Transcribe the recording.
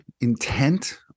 intent